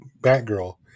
Batgirl